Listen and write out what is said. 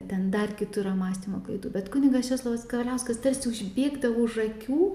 ten dar kitų yra mąstymo klaidų bet kunigas česlovas kavaliauskas tarsi užbėgdavo už akių